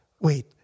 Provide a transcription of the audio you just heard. wait